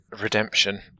Redemption